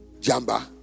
Jamba